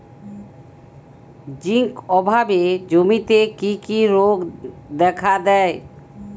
Zinc অভাবে জমিতে কি কি রোগ দেখাদেয়?